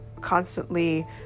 constantly